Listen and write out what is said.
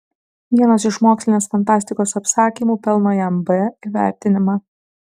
vienas iš mokslinės fantastikos apsakymų pelno jam b įvertinimą